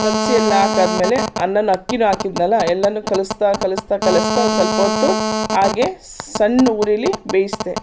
ಕಲಸಿ ಎಲ್ಲ ಹಾಕಾದ್ಮೇಲೆ ಅನ್ನನ ಅಕ್ಕಿಯೂ ಹಾಕಿದ್ನಲ್ಲ ಎಲ್ಲನೂ ಕಲಸ್ತಾ ಕಲಸ್ತಾ ಕಲಸ್ತಾ ಒಂದು ಸ್ವಲ್ಪ ಹೊತ್ತು ಹಾಗೆ ಸಣ್ಣ ಉರೀಲಿ ಬೇಯಿಸ್ದೆ